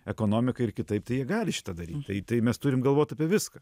ekonomiką ir kitaip tai jie gali šitą daryt tai tai mes turim galvot apie viską